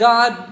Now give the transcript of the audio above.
God